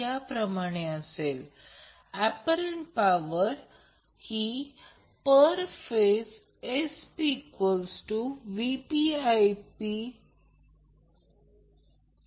त्याचप्रमाणे एकूण reactive power Q √ 3 VL I L sin आहे